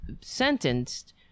sentenced